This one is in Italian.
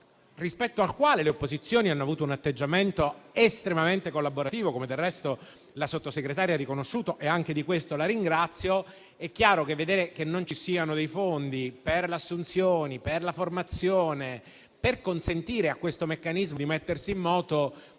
rispetto al quale le opposizioni hanno avuto un atteggiamento estremamente collaborativo, come del resto la Sottosegretaria ha riconosciuto (anche di questo la ringrazio), sia privo dei fondi per le assunzioni e per la formazione, al fine di consentire a questo meccanismo di mettersi in moto.